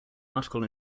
article